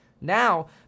Now